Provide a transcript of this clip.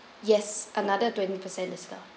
yes another twenty percent discount